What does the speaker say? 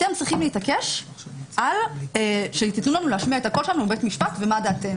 אתם צריכים להתעקש שתיתנו לנו להשמיע את הקול שלנו בבית משפט ומה דעתנו.